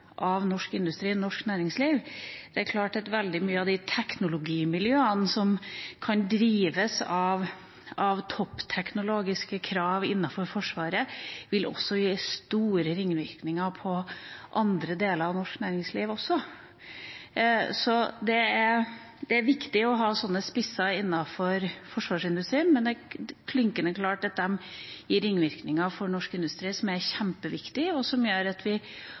av de teknologimiljøene som kan drives av toppteknologiske krav innenfor Forsvaret, også vil gi store ringvirkninger for andre deler av norsk næringsliv, så det er viktig å ha slike spisser innenfor forsvarsindustrien. Men det er klinkende klart at de gir ringvirkninger for norsk industri som er kjempeviktig, og som gjør at vi